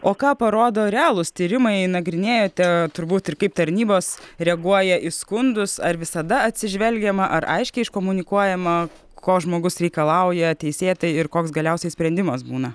o ką parodo realūs tyrimai nagrinėjote turbūt ir kaip tarnybos reaguoja į skundus ar visada atsižvelgiama ar aiškiai iškomunikuojama ko žmogus reikalauja teisėtai ir koks galiausiai sprendimas būna